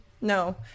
no